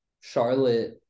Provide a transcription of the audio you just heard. Charlotte